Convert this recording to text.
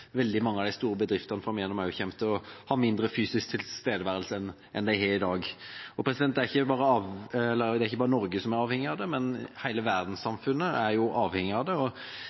veldig mange av de store bedriftene framover kommer til å ha mindre fysisk tilstedeværelse enn de har i dag. Det er ikke bare Norge som er avhengig av det, men hele verdenssamfunnet er avhengig av det.